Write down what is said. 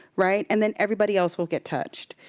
right, and then everybody else will get touched,